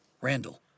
Randall